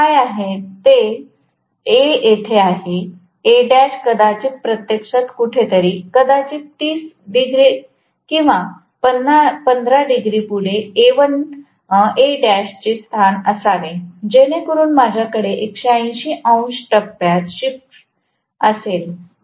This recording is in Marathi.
ते काय आहेत ते A येथे आहे Al कदाचित प्रत्यक्षात कुठेतरी कदाचित 30० अंश किंवा 15 डिग्री पुढे Al चे स्थान असावे जेणेकरुन माझ्याकडे 180० अंश टप्प्यात शिफ्ट असेल